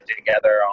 together